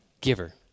giver